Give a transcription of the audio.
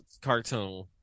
cartoon